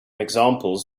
examples